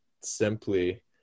simply